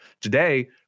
Today